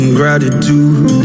gratitude